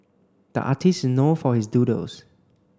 the artist is know for his doodles